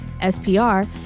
SPR